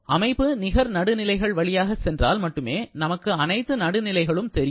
அமைப்பு நிகர் நடுநிலை கள் வழியாக சென்றால் மட்டுமே நமக்கு அனைத்து நடுநிலைகளும் தெரியும்